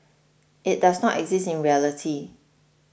it does not exist in reality